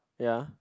ya